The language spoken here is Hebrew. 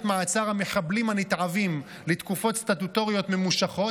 מעצר המחבלים הנתעבים לתקופות סטטוטוריות ממושכות,